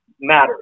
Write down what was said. matters